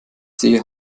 sehe